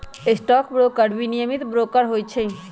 stock broker विनियमित broker होइ छइ